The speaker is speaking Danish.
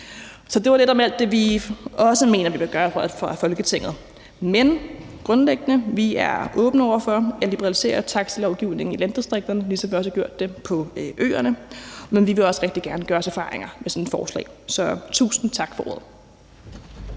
Så det var lidt om alt det, vi også mener vi bør gøre fra Folketingets side. Grundlæggende er vi åbne over for at liberalisere taxalovgivningen i landdistrikterne, ligesom vi også gjort det på øerne, men vi vil også rigtig gerne gøre os erfaringer med sådan et forslag. Så tusind tak for ordet.